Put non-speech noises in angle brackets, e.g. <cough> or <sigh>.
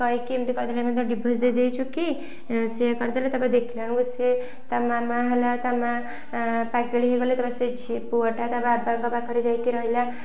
କହିକି ଏମିତି କହିଦେଲେ <unintelligible> ଡିଭୋର୍ସ ଦେଇଦେଇଛୁ କି ସିଏ କରିଦେଲେ ତା'ପରେ ଦେଖିଲା ବେଳକୁ ସେ ତା ମାମା ହେଲା ତା ମାଆ ପାଗେଳି ହେଇଗଲା ତା <unintelligible> ସେ ପୁଅଟା ତା ବାବାଙ୍କ ପାଖରେ ଯାଇକି ରହିଲା